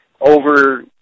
over